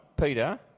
Peter